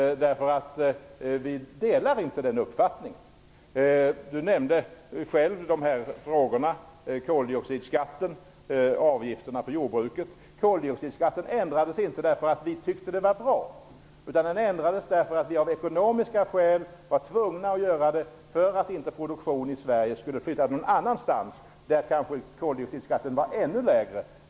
Vi delar inte den uppfattningen. Per Gahrton nämnde själv koldioxidskatten och avgifterna på jordbruket. Koldioxidskatten ändrades inte på grund av att vi tyckte att det var bra. Vi var av ekonomiska skäl tvungna att ändra skatten för att produktionen i Sverige inte skulle flytta någon annanstans där skatten är lägre.